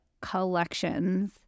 collections